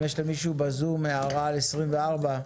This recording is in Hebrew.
אם יש למישהו בזום הערה על 24,